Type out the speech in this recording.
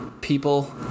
People